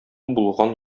булган